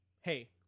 hey